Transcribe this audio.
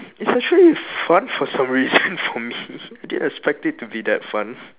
it's actually fun for some reason for me I didn't expect it to be that fun